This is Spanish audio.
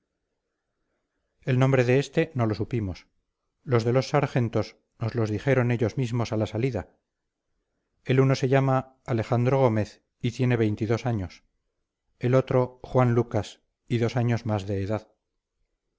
el nombre de este no lo supimos los de los sargentos nos los dijeron ellos mismos a la salida el uno se llama alejandro gómez y tiene veintidós años el otro juan lucas y dos años más de edad